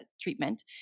treatment